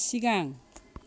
सिगां